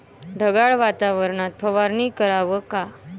ढगाळ वातावरनात फवारनी कराव का?